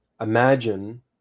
Imagine